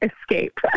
escape